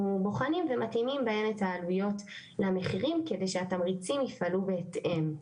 בוחנים ומתאימים באמת את העלויות למחירים כדי שהתמריצים יפעלו בהתאם.